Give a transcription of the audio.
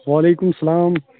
وعلیکم السلام